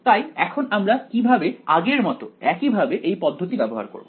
তাই এখন আমরা কিভাবে আগের মত একইভাবে এই পদ্ধতি ব্যবহার করব